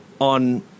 on